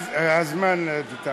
הזמן.